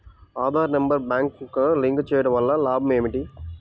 Aadhaar number బ్యాంక్నకు link చేయుటవల్ల లాభం ఏమిటి?